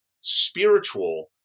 spiritual